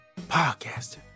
podcaster